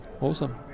awesome